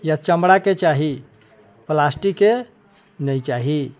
या चमड़ाके चाही प्लास्टिकके नहि चाही